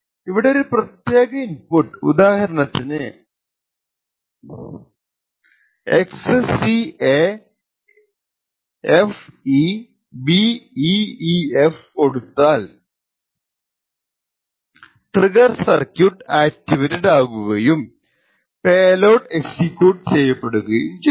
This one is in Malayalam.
ഇവിടെ ഒരു പ്രത്യാക ഇൻപുട്ട് ഉദാഹരണത്തിന് 0x0XCAFEBEEF കൊടുത്താൽ ട്രിഗർ സര്ക്യൂട് ആക്ടിവേറ്റഡ് ആകുകയും പേലോഡ് എക്സിക്യൂട്ട് ചെയ്യപ്പെടുകയും ചെയ്യും